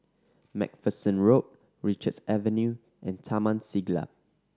Macpherson Road Richards Avenue and Taman Siglap